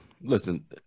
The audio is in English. listen